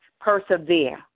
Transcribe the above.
Persevere